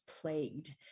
plagued